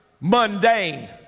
mundane